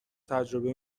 تجربه